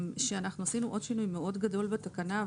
שעשינו עוד שינוי מאוד גדול בתקנה,